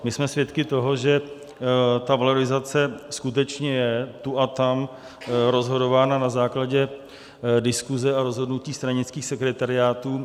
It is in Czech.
My jsme svědky toho, že valorizace skutečně je tu a tam rozhodována na základě diskuse a rozhodnutí stranických sekretariátů.